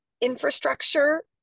infrastructure